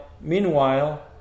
meanwhile